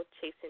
Chasing